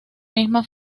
misma